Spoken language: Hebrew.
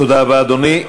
תודה רבה, אדוני.